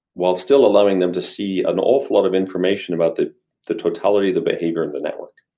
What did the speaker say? while still allowing them to see an awful lot of information about the the totality, the behavior and the network